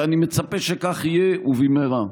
ואני מצפה שכך יהיה ובמהרה.